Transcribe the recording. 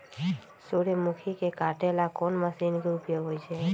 सूर्यमुखी के काटे ला कोंन मशीन के उपयोग होई छइ?